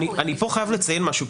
אני חייב לציין משהו,